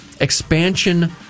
expansion